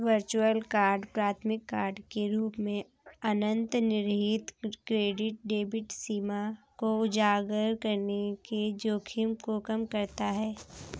virtual card प्राथमिक card के रूप में अंतर्निहित क्रेडिट डेबिट सीमा को उजागर करने के जोखिम को कम करता है